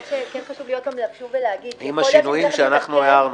אבל חשוב לי להגיד עוד פעם --- שזה יכלול את השינויים שאנחנו הערנו.